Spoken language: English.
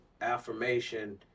affirmation